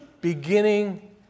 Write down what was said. beginning